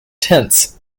tents